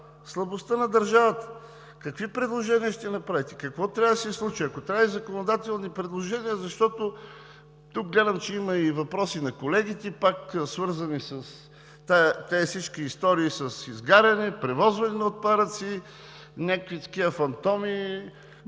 слабостта на държавата. Какви предложения ще направите? Какво трябва да се случи? Ако трябва и законодателни предложения, защото тук гледам, че има и въпроси на колегите, пак свързани с всички тези истории с изгаряне, превозване на отпадъци, някакви такива фантоми.